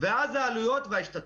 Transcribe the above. ואז העלויות וההשתתפות.